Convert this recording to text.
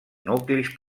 nuclis